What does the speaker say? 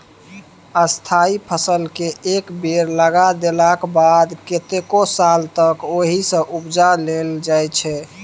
स्थायी फसलकेँ एक बेर लगा देलाक बाद कतेको साल तक ओहिसँ उपजा लेल जाइ छै